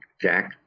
Jack